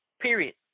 period